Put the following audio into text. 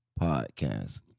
Podcast